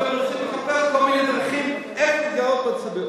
אתם רוצים לחפש כל מיני דרכים איך להתגרות בציבור.